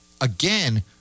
again